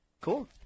Cool